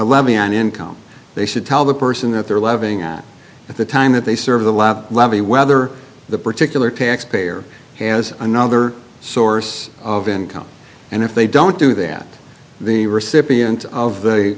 levy on income they should tell the person that they're living at the time that they serve the lab levy whether the particular taxpayer has another source of income and if they don't do that the recipient of the